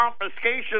confiscation